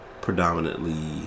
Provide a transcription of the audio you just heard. predominantly